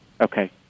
Okay